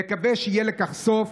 נקווה שיהיה לכך סוף,